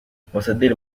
ambasaderi